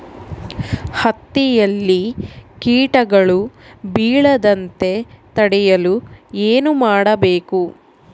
ಹತ್ತಿಯಲ್ಲಿ ಕೇಟಗಳು ಬೇಳದಂತೆ ತಡೆಯಲು ಏನು ಮಾಡಬೇಕು?